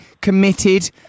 committed